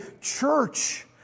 church